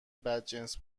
بدجنس